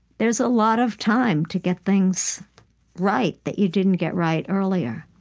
there's a lot of time to get things right that you didn't get right earlier.